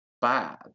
bad